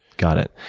got it.